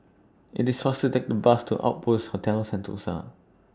IT IS faster to Take The Bus to Outpost Hotel Sentosa